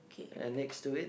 and next to it